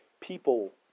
people